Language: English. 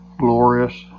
glorious